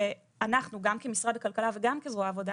שאנחנו גם כמשרד הכלכלה וגם כזרוע העבודה